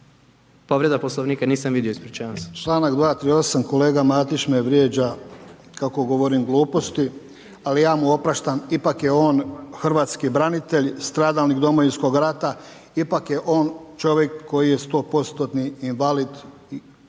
Povreda Poslovnika? Nisam vidio ispričavam se.